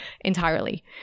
entirely